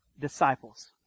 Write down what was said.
disciples